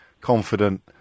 confident